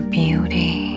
beauty